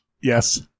Yes